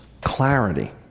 clarity